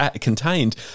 contained